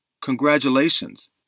Congratulations